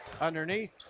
underneath